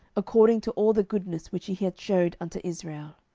according to all the goodness which he had shewed unto israel.